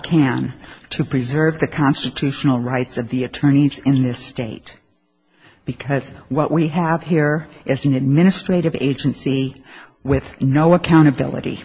can to preserve the constitutional rights of the attorneys in this state because what we have here is an administrative agency with no accountability